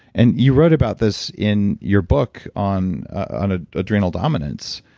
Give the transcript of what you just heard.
and you wrote about this in your book on on ah adrenaline dominance,